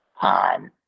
on